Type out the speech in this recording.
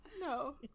No